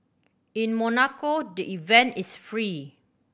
in Monaco the event is free